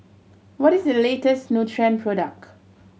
what is the latest Nutren product